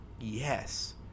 yes